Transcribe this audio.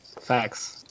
Facts